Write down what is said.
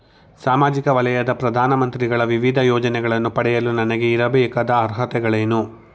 ಸಾಮಾಜಿಕ ವಲಯದ ಪ್ರಧಾನ ಮಂತ್ರಿಗಳ ವಿವಿಧ ಯೋಜನೆಗಳನ್ನು ಪಡೆಯಲು ನನಗೆ ಇರಬೇಕಾದ ಅರ್ಹತೆಗಳೇನು?